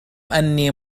أني